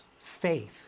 faith